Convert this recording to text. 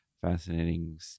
fascinating